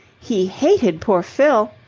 he hated poor fill.